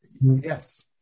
Yes